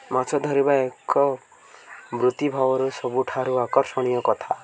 ମାଛ ଧରିବା ଏକ ବୃତ୍ତି ଭାବରୁ ସବୁଠାରୁ ଆକର୍ଷଣୀୟ କଥା